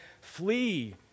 Flee